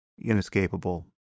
Inescapable